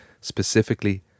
Specifically